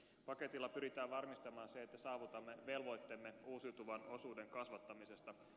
paketilla pyritään varmistamaan se että saavutamme velvoitteemme uusiutuvan osuuden kasvattamisessa